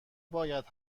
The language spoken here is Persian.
باید